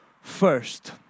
first